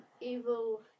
evil